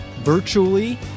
virtually